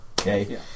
Okay